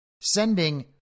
sending